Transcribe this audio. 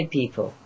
people